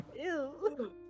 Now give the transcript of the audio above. Ew